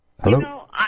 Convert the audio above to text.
Hello